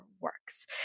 works